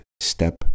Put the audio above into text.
step